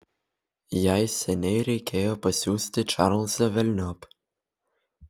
jai seniai reikėjo pasiųsti čarlzą velniop